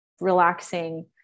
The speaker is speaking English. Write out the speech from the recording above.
relaxing